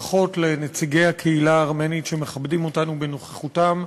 ברכות לנציגי הקהילה הארמנית שמכבדים אותנו בנוכחותם.